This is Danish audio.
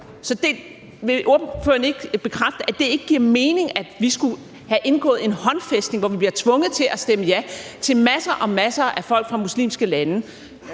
Så vil ordføreren ikke bekræfte, at det ikke giver mening, at vi skulle have indgået en håndfæstning, hvor vi bliver tvunget til at stemme ja til masser og masser af folk fra muslimske lande,